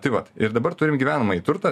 tai vat ir dabar turim gyvenamąjį turtą